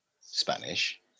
Spanish